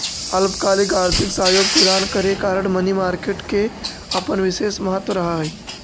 अल्पकालिक आर्थिक सहयोग प्रदान करे कारण मनी मार्केट के अपन विशेष महत्व रहऽ हइ